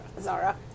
Zara